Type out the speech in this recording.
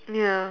ya